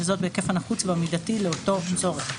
וזאת בהיקף הנחוץ והמידתי לאותו צורך: